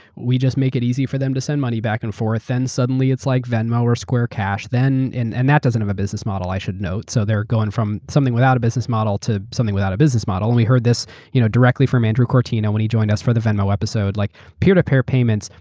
we just make it easy for them to send money back and forth and suddenly it's like venmo or square cash. and and that doesn't have a business model, i should note, so they're going from something without a business model to something without a business model. a and we heard this you know directly for andrew kortina when he joined us for the venmo episode. like peer-to-peer payments,